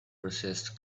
resist